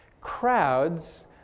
crowds